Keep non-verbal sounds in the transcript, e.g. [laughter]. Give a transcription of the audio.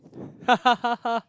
[laughs]